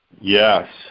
Yes